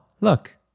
look